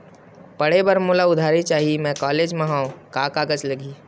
पढ़े बर मोला उधारी चाही मैं कॉलेज मा हव, का कागज लगही?